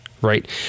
Right